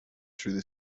through